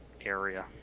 area